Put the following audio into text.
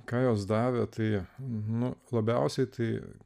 ką jos davė tai nu labiausiai tai